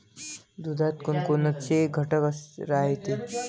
दुधात कोनकोनचे घटक रायते?